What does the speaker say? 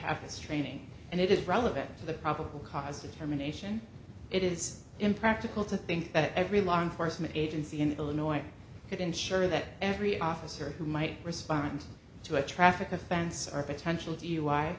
have this training and it is relevant to the probable cause determination it is impractical to think that every law enforcement agency in illinois could ensure that every officer who might respond to a traffic offense our potential d